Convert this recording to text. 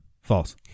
False